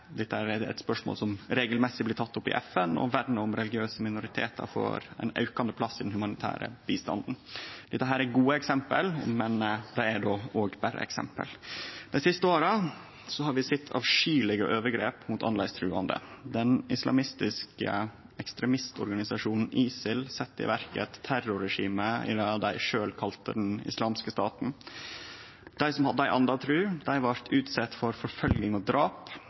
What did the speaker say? eit spørsmål som regelmessig blir teke opp i FN, og vern om religiøse minoritetar får aukande plass i den humanitære bistanden. Dette er gode eksempel, men dei er òg berre eksempel. Dei siste åra har vi sett avskyelege overgrep mot annleis truande. Den islamistiske ekstremistorganisasjonen ISIL sette i verk eit terrorregime i det dei sjølve kalla Den islamske staten. Dei som hadde ei anna tru, blei utsette for forfølging og drap.